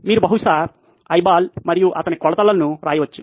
మీరు బహుశా ఐబాల్ మరియు అతని కొలతలను వ్రాయవచ్చు